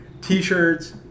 t-shirts